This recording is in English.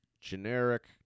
Generic